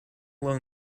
alone